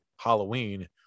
Halloween